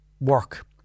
work